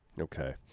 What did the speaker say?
Okay